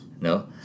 No